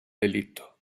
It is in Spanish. delito